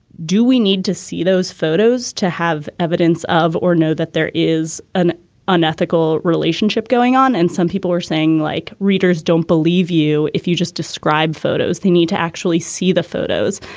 do we need to see those photos to have evidence of or know that there is an unethical relationship going on and some people were saying like readers don't believe you if you just described photos they need to actually see the photos.